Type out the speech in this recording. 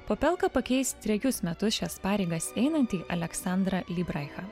popelka pakeis trejus metus šias pareigas einantį aleksandrą lybraichą